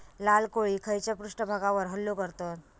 लाल कोळी खैच्या पृष्ठभागावर हल्लो करतत?